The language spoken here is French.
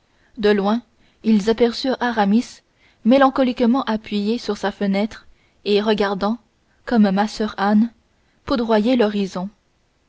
de loin ils aperçurent aramis mélancoliquement appuyé sur sa fenêtre et regardant comme ma soeur anne poudroyer l'horizon